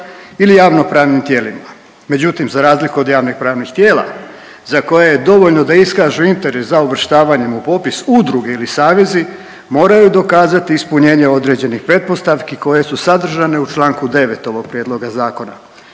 ili javnopravnim tijelima, međutim za razliku od javnopravnih tijela za koje je dovoljno da iskažu interes za uvrštavanjem u popis, udruge ili savezi moraju dokazati ispunjenje određenih pretpostavki koje su sadržane u čl. 9. ovog prijedlogu zakona.